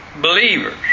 Believers